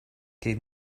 gave